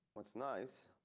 it's nice.